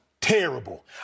terrible